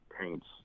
paints